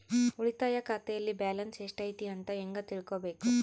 ಉಳಿತಾಯ ಖಾತೆಯಲ್ಲಿ ಬ್ಯಾಲೆನ್ಸ್ ಎಷ್ಟೈತಿ ಅಂತ ಹೆಂಗ ತಿಳ್ಕೊಬೇಕು?